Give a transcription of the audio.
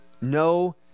No